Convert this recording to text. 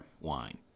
wine